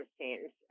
change